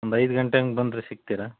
ಒಂದು ಐದು ಗಂಟೆ ಹಂಗೆ ಬಂದರೆ ಸಿಗ್ತೀರ